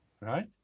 right